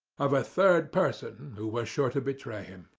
of a third person, who was sure to betray him.